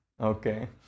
Okay